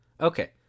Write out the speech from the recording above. Okay